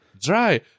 dry